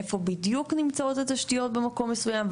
איפה בדיוק נמצאות התשתיות במקום מסוים.